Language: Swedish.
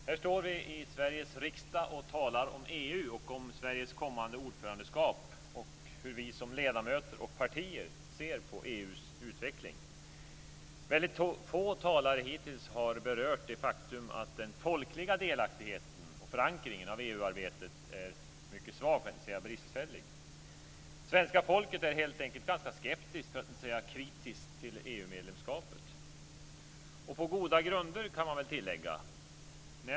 Herr talman! Här står vi i Sveriges riksdag och talar om EU, om Sveriges kommande ordförandeskap och om hur vi som ledamöter och partier ser på EU:s utveckling. Väldigt få talare har hittills berört det faktum att den folkliga delaktigheten och förankringen i EU-arbetet är mycket svag, för att inte säga bristfällig. Svenska folket är helt enkelt ganska skeptiskt, för att inte säga kritiskt, till EU-medlemskapet - och på goda grunder kan man väl tillägga.